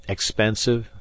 Expensive